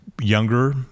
younger